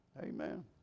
Amen